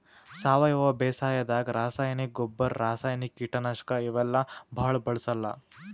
ಸಾವಯವ ಬೇಸಾಯಾದಾಗ ರಾಸಾಯನಿಕ್ ಗೊಬ್ಬರ್, ರಾಸಾಯನಿಕ್ ಕೀಟನಾಶಕ್ ಇವೆಲ್ಲಾ ಭಾಳ್ ಬಳ್ಸಲ್ಲ್